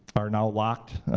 are now locked,